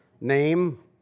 name